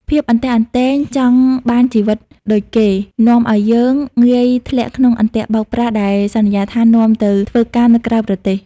ភាពអន្ទះអន្ទែងចង់បានជីវិតដូចគេ នាំឱ្យយើងងាយធ្លាក់ក្នុងអន្ទាក់បោកប្រាស់ដែលសន្យាថានាំទៅធ្វើការនៅក្រៅប្រទេស។